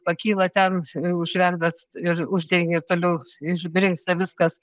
pakyla ten užverda ir uždengi ir toliau išbrinksta viskas